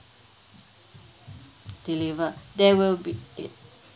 deliver there will be ad~